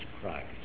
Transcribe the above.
Christ